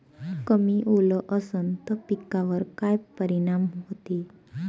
कमी ओल असनं त पिकावर काय परिनाम होते?